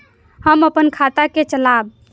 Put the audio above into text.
हम अपन खाता के चलाब?